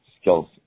skills